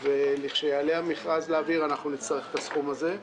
כשיעלה המכרז לאוויר, אנחנו נצטרך את הסכום הזה.